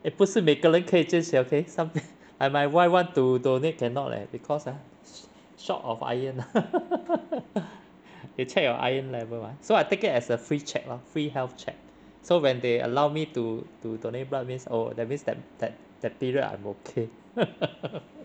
eh 不是每个人可以捐血 okay some pe~ like my wife want to donate cannot leh because ah sh~ short of iron they check your iron level mah so I take it as a free check lor free health check so when they allow me to to donate blood means oh that means that that that period I'm okay